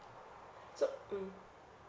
so mm